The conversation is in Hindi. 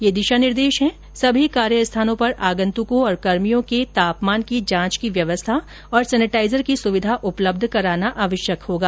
ये दिशा निर्देश हैं सभी कार्य स्थानों पर आगंतुकों और कर्मियों के तापमान की जांच की व्यवस्था और सैनिटाइजर की सुविधा उपलब्ध कराना आवश्यक होगा